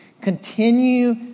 continue